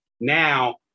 now